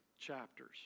Chapters